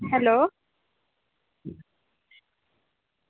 hello